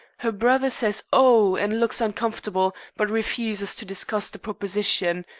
her brother says oh! and looks uncomfortable, but refuses to discuss the proposition.